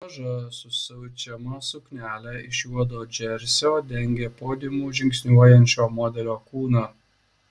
maža susiaučiama suknelė iš juodo džersio dengė podiumu žingsniuojančio modelio kūną